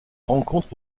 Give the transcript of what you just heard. rencontre